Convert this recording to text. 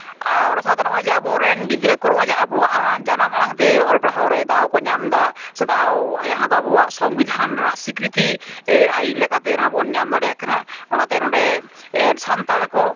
ᱟᱨ ᱚᱱᱟ ᱥᱟᱶᱛᱮ ᱱᱚᱜᱼᱚᱭ ᱡᱮ ᱟᱵᱚ ᱨᱮᱱ ᱜᱤᱫᱽᱨᱟᱹ ᱠᱚ ᱱᱚᱜᱼᱚᱭ ᱡᱮ ᱟᱵᱚᱣᱟᱜ ᱡᱟᱱᱟᱢ ᱟᱲᱟᱝ ᱛᱮ ᱚᱞ ᱯᱟᱲᱦᱟᱣ ᱨᱮ ᱫᱟᱣ ᱠᱚ ᱧᱟᱢ ᱮᱫᱟ ᱥᱮ ᱫᱟᱣ ᱡᱟᱦᱟᱸ ᱫᱚ ᱟᱵᱚᱣᱟᱜ ᱥᱚᱝᱵᱤᱫᱷᱟᱱ ᱨᱮᱱᱟᱜ ᱥᱤᱠᱨᱤᱛᱤ ᱟᱹᱭᱤᱱ ᱞᱮᱠᱟᱛᱮ ᱱᱚᱣᱟᱵᱚᱱ ᱧᱟᱢ ᱫᱟᱲᱮᱭᱟᱜ ᱠᱟᱱᱟ ᱚᱱᱟᱛᱮ ᱱᱚᱸᱰᱮ ᱥᱟᱱᱛᱟᱲ ᱠᱚ